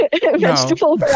vegetable